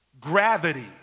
gravity